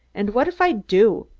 and what if i do?